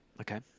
Okay